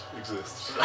exists